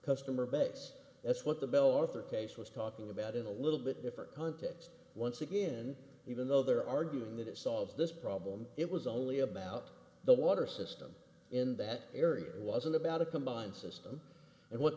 customer base that's what the bell author case was talking about in a little bit different context once again even though they're arguing that it solves this problem it was only about the water system in that area it wasn't about a combined system and what